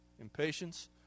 Impatience